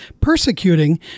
persecuting